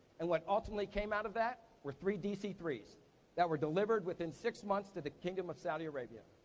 and what ultimately came out of that were three d c three s that were delivered within six months to the kingdom of saudi arabia.